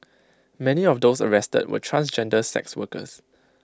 many of those arrested were transgender sex workers